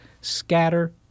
Scatter